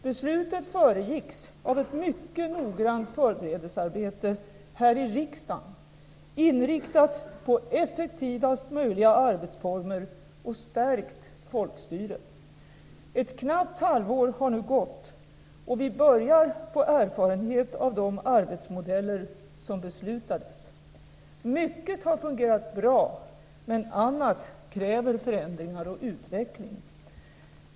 Beslutet föregicks av ett mycket noggrant förberedelsearbete här i riksdagen inriktat på effektivast möjliga arbetsformer och stärkt folkstyre. Ett knappt halvår har nu gått och vi börjar få erfarenhet av de arbetsmodeller som beslutades. Mycket har fungerat bra, men annat kräver förändringar och utveckling.